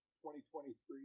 2023